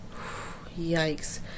Yikes